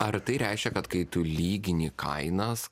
ar tai reiškia kad kai tu lygini kainas